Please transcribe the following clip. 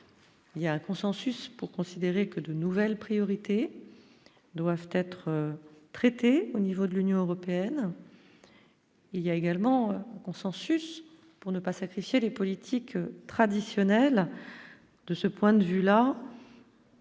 Il y a un consensus pour considérer que de nouvelles priorités doivent être traités au niveau de l'Union européenne, il y a également un consensus pour ne pas sacrifier les politiques traditionnelles, de ce point de vue-là.